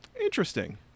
interesting